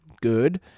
good